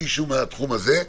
מישהו מהתחום הזה.